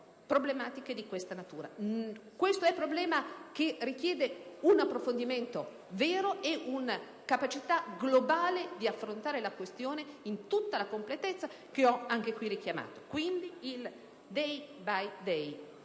problematiche di tale natura. Si tratta di un problema che richiede un approfondimento serio e una capacità globale di affrontare la questione in tutta la completezza che ho anche qui richiamato. Il *day by day,*